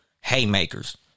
haymakers